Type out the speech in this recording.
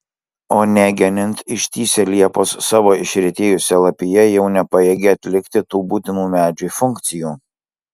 o negenint ištįsę liepos savo išretėjusia lapija jau nepajėgia atlikti tų būtinų medžiui funkcijų